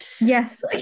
Yes